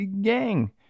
gang